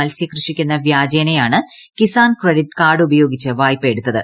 മത്സ്യ കൃഷിക്കെന്ന വ്യാജേനയാണ് കിസാൻ ക്രെഡിറ്റ് കാർഡുപയോഗിച്ച് വായ്പയെടുത്തത്